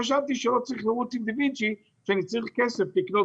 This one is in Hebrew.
חשבתי שלא צריך לרוץ עם דה וינצ’י כשצריך כסף לקנות